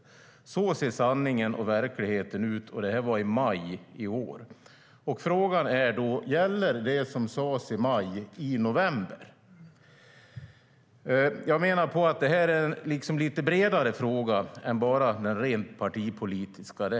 Jag menar att det här är en lite bredare fråga än bara den rent partipolitiska.